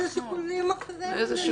איזה שיקול אחר?